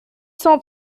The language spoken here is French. cent